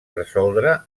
resoldre